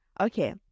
okay